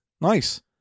Nice